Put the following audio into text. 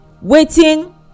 Waiting